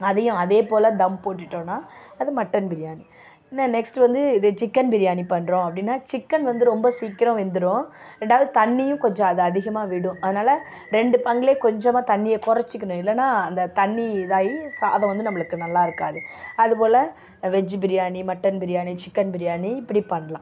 அதையும் அதே போல் தம் போட்டுட்டோம்னா அது மட்டன் பிரியாணி என்ன நெக்ஸ்டு வந்து இது சிக்கன் பிரியாணி பண்ணுறோம் அப்படின்னா சிக்கன் வந்து ரொம்ப சீக்கிரம் வெந்துடும் ரெண்டாவது தண்ணியும் கொஞ்சம் அது அதிகமாக விடும் அதனால ரெண்டு பங்குலேயும் கொஞ்சம் தண்ணியை குறைச்சிக்கணும் இல்லைனா அந்த தண்ணி இதாகி சாதம் வந்து நம்மளுக்கு நல்லாருக்காது அது போல veg biryani mutton biryani chicken biryani இப்படி பண்ணலாம்